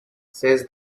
says